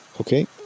Okay